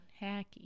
Hacky